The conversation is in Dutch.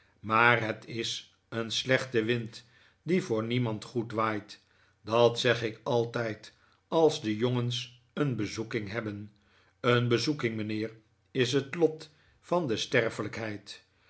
maar het is een slechte wind die voor niemand goed waait dat zeg ik altijd als de jongens een bezoeking hebben een bezoeking mijnheer is het lot van de